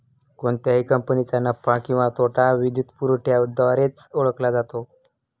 कोणत्याही कंपनीचा नफा किंवा तोटा वित्तपुरवठ्याद्वारेही ओळखला जातो